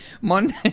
Monday